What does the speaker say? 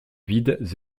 vides